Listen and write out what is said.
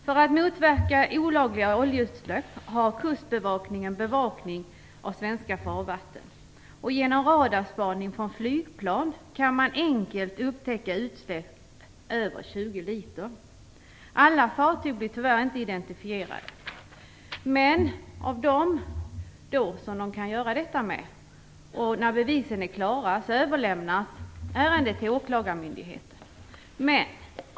För att motverka olagliga oljeutsläpp bevakar Kustbevakningen svenska farvatten. Genom radarspaning från flygplan kan man enkelt upptäcka utsläpp över 20 liter. Alla fartyg blir tyvärr inte identifierade. Men när detta kan göras och bevisen är klara överlämnas ärendet till åklagarmyndigheten.